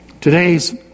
Today's